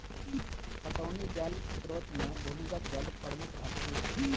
पटौनी जल स्रोत मे भूमिगत जल प्रमुख अछि